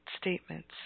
statements